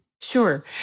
Sure